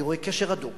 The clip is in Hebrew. אני רואה קשר הדוק